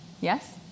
Yes